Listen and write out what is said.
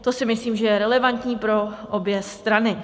To si myslím, že je relevantní pro obě strany.